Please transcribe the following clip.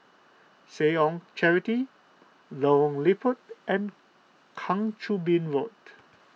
Seh Ong Charity Lorong Liput and Kang Choo Bin Road